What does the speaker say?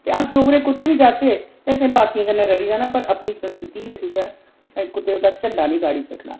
ते अस डोगरे कुतै बी जाह्चै ते असें बाकियें कन्नै रली जाना पर अपनी संस्कृति दा कुसै कुतै ओह्दा झंडा निं गाढ़ी सकना